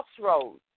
crossroads